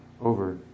over